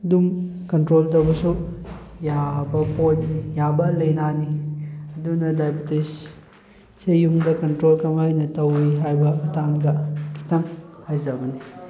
ꯑꯗꯨꯝ ꯀꯟꯇ꯭ꯔꯣꯜ ꯇꯧꯕꯁꯨ ꯌꯥꯕ ꯄꯣꯠꯅꯤ ꯌꯥꯕ ꯂꯩꯅꯥꯅꯤ ꯑꯗꯨꯅ ꯗꯥꯏꯕꯇꯤꯁꯁꯦ ꯌꯨꯝꯗ ꯀꯟꯇ꯭ꯔꯣꯜ ꯀꯃꯥꯏꯅ ꯇꯧꯏ ꯍꯥꯏꯕ ꯃꯇꯥꯡꯗ ꯈꯤꯇꯪ ꯍꯥꯖꯕꯅꯤ